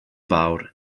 fawr